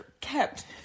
kept